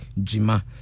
Jima